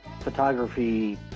photography